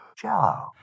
Jello